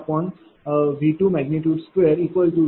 01115122। 0